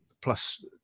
plus